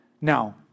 Now